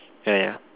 yeah yeah